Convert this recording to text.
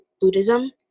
Buddhism